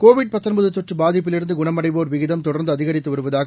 Covid தொற்று பாதிப்பிலிருந்து குணமடைவோர் விகிதம் தொடர்ந்து அதிகரித்து வருவதாக